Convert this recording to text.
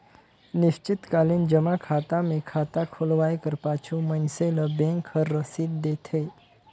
निस्चित कालीन जमा खाता मे खाता खोलवाए कर पाछू मइनसे ल बेंक हर रसीद देथे